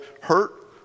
hurt